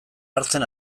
hartzen